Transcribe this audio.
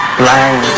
blind